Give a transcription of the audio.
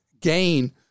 gain